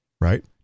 right